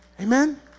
Amen